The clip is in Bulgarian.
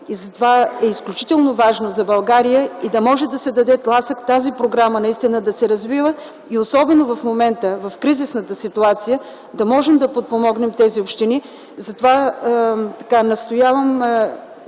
Затова е изключително важно за България да може да се даде тласък тази програма наистина да се развива, особено в момента – в кризисната ситуация да можем да подпомогнем тези общини. Затова настоявам